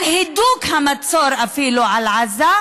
ואפילו להידוק המצור על עזה,